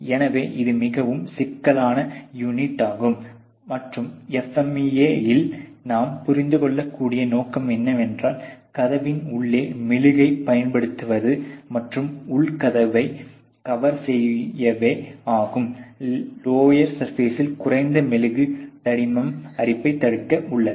எனவே இது மிகவும் சிக்கலான யூனிட் ஆகும் மற்றும் FMEA இல் நாம் புரிந்து கொள்ளக்கூடிய நோக்கம் என்னவென்றால் கதவின் உள்ளே மெழுகைப் பயன்படுத்துவது மற்றும் உள் கதவை கவர் செய்யவே ஆகும் லோயர் சர்பேசில் குறைந்த மெழுகு தடிமன் அரிப்பை தடுக்க உள்ளது